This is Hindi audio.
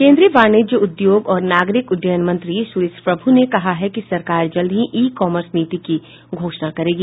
केन्द्रीय वाणिज्य उद्योग और नागरिक उड्डयन मंत्री सुरेश प्रभू ने कहा है कि सरकार जल्द ही ई कामर्स नीति की घोषणा करेगी